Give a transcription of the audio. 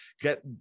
get